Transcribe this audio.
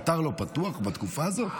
האתר לא פתוח בתקופה הזו?